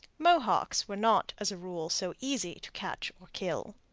mohawks were not, as a rule, so easy to catch or kill.